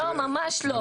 לא, ממש לא.